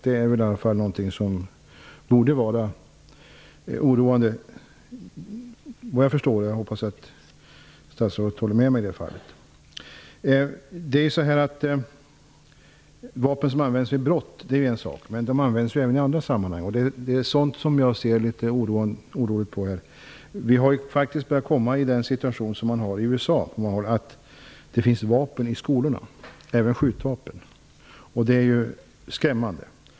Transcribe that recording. Det är i alla fall någonting som borde vara oroande -- jag hoppas att statsrådet håller med mig. Vapen används vid brott, och det är ju en sak. Men vapen används även i andra sammanhang, och det ser jag är oroande. Vi börjar faktiskt komma i samma situation som i USA, att det finns vapen, även skjutvapen, i skolorna. Det är skrämmande.